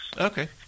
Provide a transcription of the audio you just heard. Okay